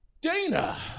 Dana